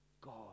god